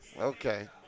Okay